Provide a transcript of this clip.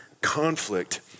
conflict